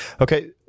Okay